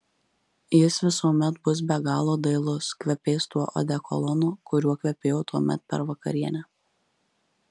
jis visuomet bus be galo dailus kvepės tuo odekolonu kuriuo kvepėjo tuomet per vakarienę